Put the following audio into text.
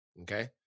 Okay